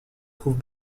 trouve